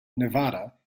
nevada